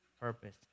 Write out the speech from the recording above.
purpose